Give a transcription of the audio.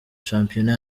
shampiyona